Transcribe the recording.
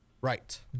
Right